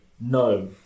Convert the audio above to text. no